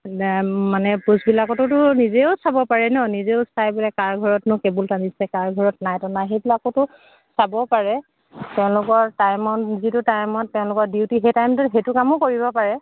মানে পোষ্টবিলাকটোতো নিজেও চাব পাৰে ন নিজেও চাই বোলে কাৰ ঘৰতনো কেবুল টানিছে কাৰ ঘৰত নাই টনা সেইবিলাকতো চাবও পাৰে তেওঁলোকৰ টাইমত যিটো টাইমত তেওঁলোকৰ ডিউটি সেই টাইমটো সেইটো কামো কৰিব পাৰে